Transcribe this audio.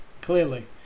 Clearly